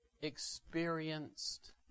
experienced